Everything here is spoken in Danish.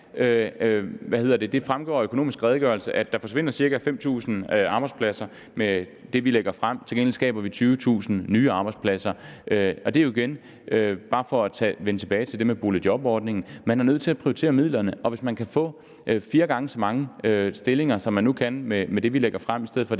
det fremgår af Økonomisk Redegørelse, at der forsvinder ca. 5.000 arbejdspladser med det, vi lægger frem. Til gengæld skaber vi 20.000 nye arbejdspladser. Det er bare for at vende tilbage til det med boligjobordningen. Man er nødt til at prioritere midlerne. Hvis man kan få fire gange så mange stillinger i forhold til det eksisterende,